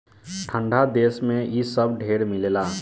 ठंडा देश मे इ सब ढेर मिलेला